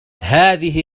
هذه